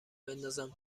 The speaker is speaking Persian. بندازم